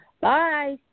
Bye